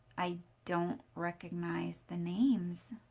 i don't recognize the names.